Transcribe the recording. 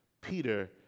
Peter